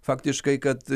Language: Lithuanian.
faktiškai kad